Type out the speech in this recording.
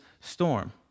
storm